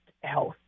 health